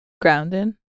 grounded